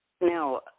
Now